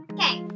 Okay